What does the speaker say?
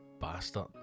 bastard